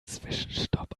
zwischenstopp